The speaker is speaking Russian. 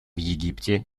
египте